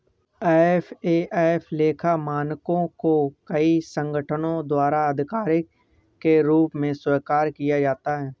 FAF लेखा मानकों को कई संगठनों द्वारा आधिकारिक के रूप में स्वीकार किया जाता है